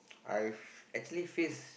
I actually face